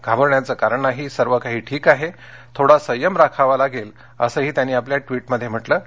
घाबरण्याचं कारण नाही सर्वकाही ठीक आहे थोडा संयम राखावा लागेल असंही त्यांनी आपल्या ट्विटमध्ये म्हटलं आहे